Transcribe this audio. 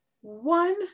one